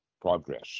progress